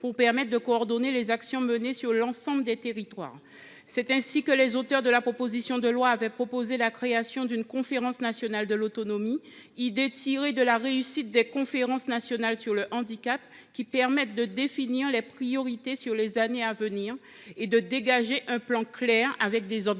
pour coordonner les actions menées sur l’ensemble des territoires. C’est pourquoi les auteurs de cette proposition de loi ont proposé la création d’une conférence nationale de l’autonomie, inspirée de la réussite des conférences nationales sur le handicap, afin de définir les priorités sur les années à venir et de dégager un plan clair, avec des objectifs